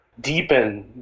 deepen